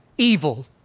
evil